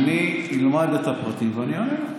אני אלמד את הפרטים ואני אענה לך.